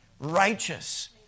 righteous